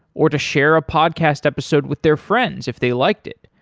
or to share a podcast episode with their friends if they liked it.